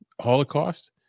Holocaust